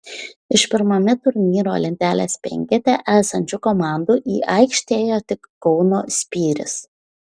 iš pirmame turnyro lentelės penkete esančių komandų į aikštę ėjo tik kauno spyris